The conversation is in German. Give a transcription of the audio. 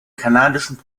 kanadischen